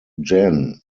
jen